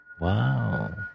Wow